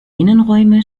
innenräume